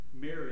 Mary